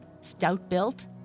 stout-built